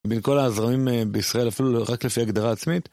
בין כל האזרעים בישראל, אפילו רק לפי הגדרה העצמית.